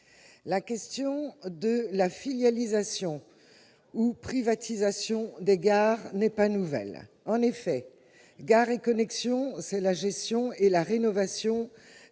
La question de la filialisation ou de la privatisation des gares n'est pas nouvelle. Gares & Connexions, c'est la gestion et la rénovation